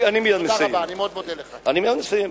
אני מייד מסיים.